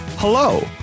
Hello